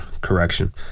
correction